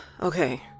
Okay